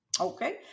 Okay